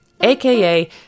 aka